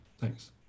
Thanks